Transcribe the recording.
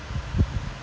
என்னத்த:ennatha